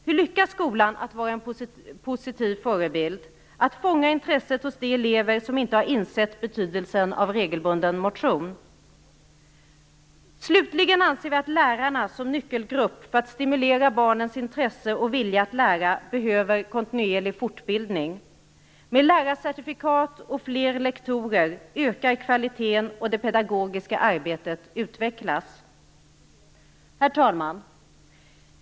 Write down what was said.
Hur lyckas skolan med att vara en positiv förebild, att fånga intresset hos de elever som inte har insett betydelsen av regelbunden motion? Slutligen anser vi att lärarna som nyckelgrupp, för att stimulera barnens intresse och vilja att lära, behöver kontinuerlig fortbildning. Med lärarcertifikat och fler lektorer ökar kvaliteten, och det pedagogiska arbetet utvecklas. Herr talman!